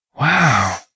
wow